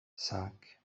cinq